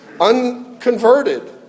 unconverted